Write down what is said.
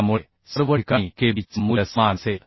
त्यामुळे सर्व ठिकाणी KB चे मूल्य समान असेल